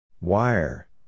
Wire